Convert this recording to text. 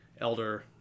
elder